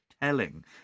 telling